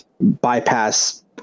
bypass